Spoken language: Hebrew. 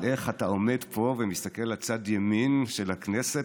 אבל איך אתה עומד פה ומסתכל לצד ימין של הכנסת